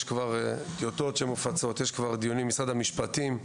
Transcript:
יש כבר טיוטות שמופצות בנושא ודיונים במשרד המשפטים,